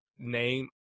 name